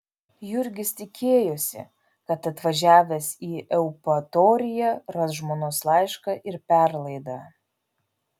jurgis tikėjosi kad atvažiavęs į eupatoriją ras žmonos laišką ir perlaidą